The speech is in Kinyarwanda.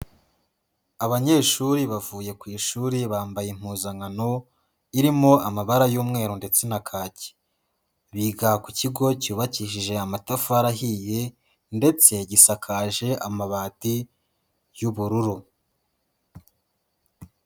Abanyeshuri bavuye ku ishuri bambaye impuzankano irimo amabara y'umweru ndetse na kaki, biga ku kigo cyubakishije amatafari ahiye ndetse gisakaje amabati y'ubururu.